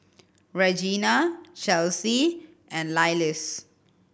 Regena Chelsie and Lillis